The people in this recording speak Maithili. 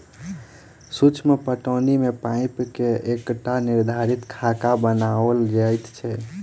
सूक्ष्म पटौनी मे पाइपक एकटा निर्धारित खाका बनाओल जाइत छै